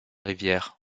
rivière